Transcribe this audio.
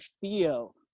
feel